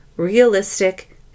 realistic